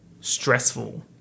stressful